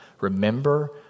Remember